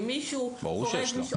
אם מישהו --- ברור שיש לו.